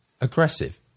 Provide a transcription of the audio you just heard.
aggressive